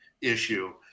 issue